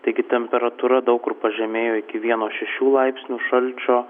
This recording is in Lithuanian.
taigi temperatūra daug kur pažemėjo iki vieno šešių laipsnių šalčio